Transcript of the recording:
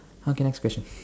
okay next question